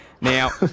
Now